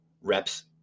reps